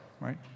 right